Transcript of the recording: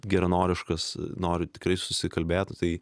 geranoriškas nori tikrai susikalbėti tai